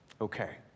Okay